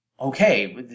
okay